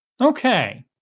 Okay